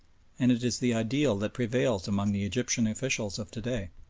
and it is the ideal that prevails among the egyptian officials of to-day.